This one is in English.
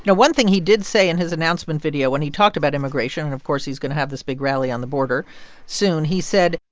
one thing he did say in his announcement video when he talked about immigration and, of course, he's going to have this big rally on the border soon. he said.